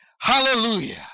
Hallelujah